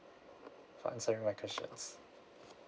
for answering my questions